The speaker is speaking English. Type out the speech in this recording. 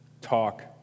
talk